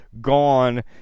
gone